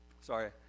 sorry